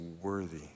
worthy